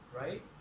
right